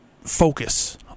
focus